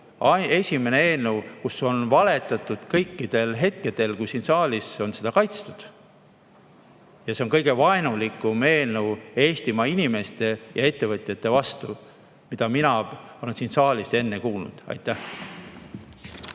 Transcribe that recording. menetlemise ajal] on valetatud kõikidel hetkedel, kui siin saalis on seda kaitstud. See on kõige vaenulikum eelnõu Eestimaa inimeste ja ettevõtjate vastu, mida mina olen siin saalis kuulnud. Aitäh!